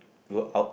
go out